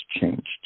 changed